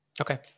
Okay